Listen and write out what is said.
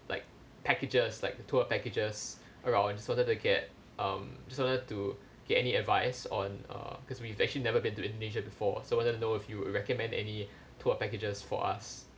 like packages like tour packages around so that to get um so that to get any advice on uh because we've actually never been to indonesia before so wanted to know if you recommend any tour packages for us